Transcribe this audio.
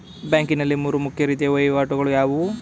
Banking ನಲ್ಲಿ ಮೂರು ಮುಖ್ಯ ರೀತಿಯ ವಹಿವಾಟುಗಳು ಯಾವುವು?